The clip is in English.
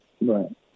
Right